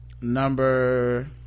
number